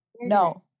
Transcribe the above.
No